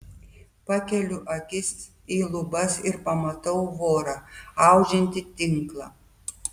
pakeliu akis į lubas ir pamatau vorą audžiantį tinklą